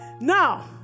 Now